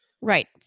Right